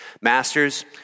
Masters